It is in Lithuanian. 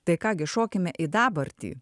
tai ką gi šokime į dabartį